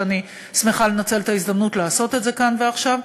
אני שמחה לנצל את ההזדמנות לעשות את זה כאן ועכשיו.